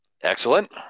Excellent